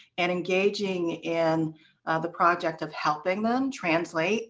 and engaging in the project of helping them translate